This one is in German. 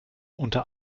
unter